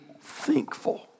thankful